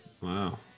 Wow